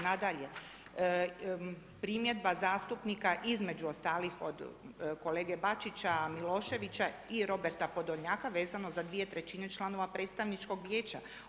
Nadalje, primjedba zastupnika između ostalih od kolege Bačića, Miloševića i Roberta Podolnjaka vezano za dvije trećine članova predstavničkog vijeća.